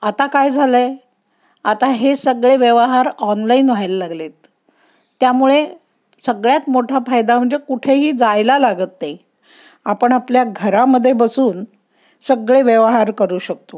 आता काय झालं आहे आता हे सगळे व्यवहार ऑनलाईन व्हायला लागलेत त्यामुळे सगळ्यात मोठा फायदा म्हणजे कुठेही जायला लागत नाही आपण आपल्या घरामध्ये बसून सगळे व्यवहार करू शकतो